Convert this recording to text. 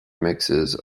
mixes